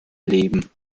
leben